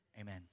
amen